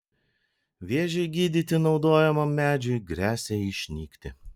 vėžiui gydyti naudojamam medžiui gresia išnykti